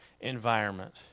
environment